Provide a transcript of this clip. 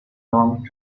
long